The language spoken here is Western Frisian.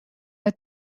wer